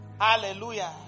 Hallelujah